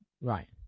right